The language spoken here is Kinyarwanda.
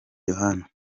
yohana